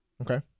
Okay